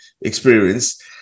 experience